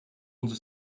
onze